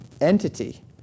entity